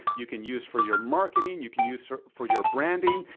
you can use for your marketing. you can use for your branding.